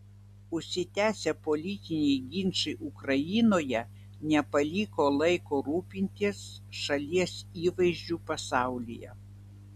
užsitęsę politiniai ginčai ukrainoje nepaliko laiko rūpintis šalies įvaizdžiu pasaulyje